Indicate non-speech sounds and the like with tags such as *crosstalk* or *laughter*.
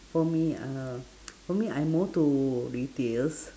for me uh *noise* for me I more to retails